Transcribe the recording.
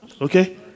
Okay